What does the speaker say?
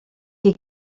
qui